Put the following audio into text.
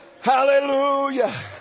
Hallelujah